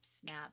snap